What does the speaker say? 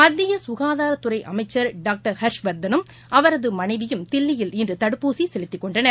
மத்தியசுகாதாரத்துறைஅமைச்சர் doctor Harsh வர்தனும் அவரதுமனைவியும் தில்லியில் இன்றுதடுப்பூ செலுத்திக் கொண்டனர்